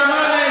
אתה משקר.